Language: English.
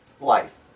life